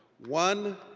one.